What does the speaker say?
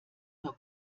nur